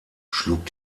schlug